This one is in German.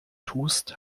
tust